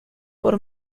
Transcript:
por